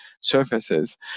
surfaces